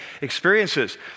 experiences